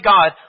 God